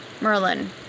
Merlin